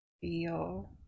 Feel